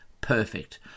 Perfect